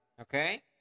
Okay